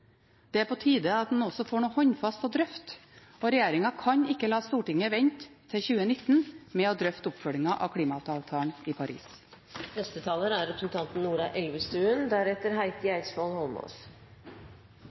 Det er på tide at en også får noe håndfast å drøfte. Regjeringen kan ikke la Stortinget vente til 2019 med å drøfte oppfølgingen av klimaavtalen i